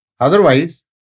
Otherwise